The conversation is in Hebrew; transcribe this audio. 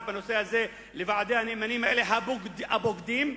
בנושא הזה לוועדי הנאמנים הבוגדים האלה,